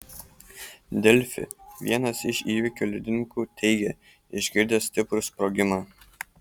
delfi vienas iš įvykio liudininkų teigė išgirdęs stiprų sprogimą